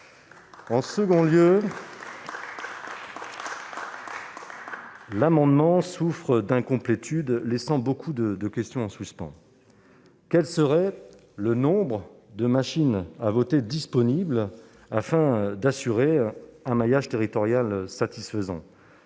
En second lieu, l'amendement que vous proposez souffre d'incomplétude, laissant beaucoup de questions en suspens. Quel serait le nombre de machines à voter disponibles afin d'assurer un maillage territorial satisfaisant ?